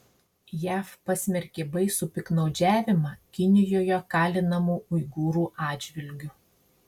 jav pasmerkė baisų piktnaudžiavimą kinijoje kalinamų uigūrų atžvilgiu